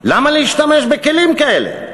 למה להשתמש בכלים כאלה?